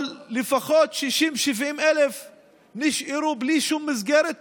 אבל לפחות 60,000 70,000 נשארו בלי מסגרת טיפולית.